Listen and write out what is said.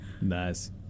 nice